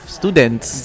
students